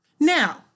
Now